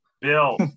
Bill